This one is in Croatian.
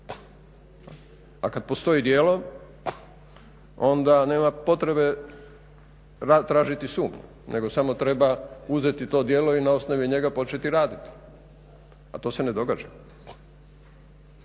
nego postoji djelo, onda nema potrebe tražiti sumnju nego samo treba uzeti to djelo i na osnovi njega početi raditi, a to se ne događa,